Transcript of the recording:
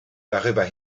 darüber